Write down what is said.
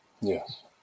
Yes